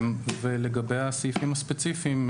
לגבי הסעיפים הספציפיים,